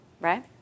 right